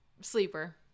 sleeper